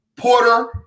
Porter